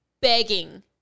begging